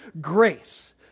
grace